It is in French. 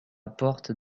porte